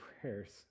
prayers